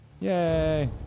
Yay